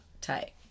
tight